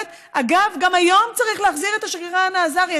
אגב, גם היום צריך להחזיר את השגרירה אנה אזרי.